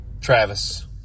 Travis